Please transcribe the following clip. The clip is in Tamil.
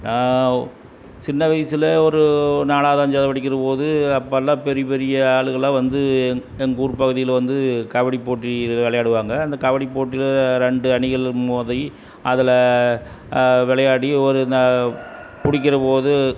நான் சின்ன வயசில் ஒரு நாலாவது அஞ்சாவது படிக்கிற போது அப்போல்லாம் பெரிய பெரிய ஆளுகள்லாம் வந்து எங்கூர் பகுதியில் வந்து கபடி போட்டி இது விளையாடுவாங்க அந்த கபடி போட்டியில் ரெண்டு அணிகளும் மோதி அதில் விளையாடி ஒரு பிடிக்கிறபோது